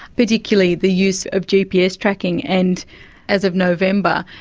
particularly the use of gps tracking. and as of november,